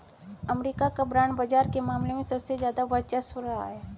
अमरीका का बांड बाजार के मामले में सबसे ज्यादा वर्चस्व रहा है